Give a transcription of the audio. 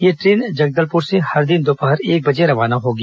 यह ट्रेन जगदलपुर से हर दिन दोपहर एक बजे रवाना होगी